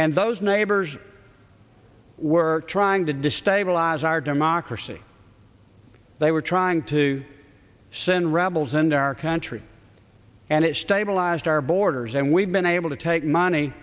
neighbors were trying to destabilize our democracy they were trying to send rebels and our country and it stabilized our borders and we've been able to take money